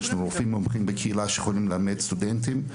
יש לנו רופאים מומחים בקהילה שיכולים לאמץ סטודנטים.